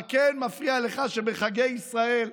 אבל כן מפריע לך שבחגי ישראל,